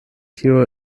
tiu